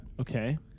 Okay